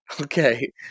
Okay